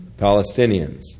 Palestinians